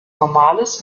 normales